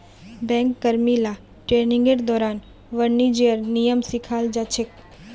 bank कर्मि ला ट्रेनिंगेर दौरान वाणिज्येर नियम सिखाल जा छेक